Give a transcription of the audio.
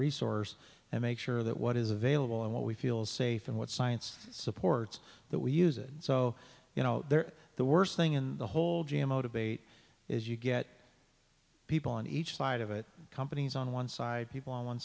resource and make sure that what is available and what we feel is safe and what science supports that we use it so you know there the worst thing in the whole g m o debate is you get people on each side of it companies on one side people on one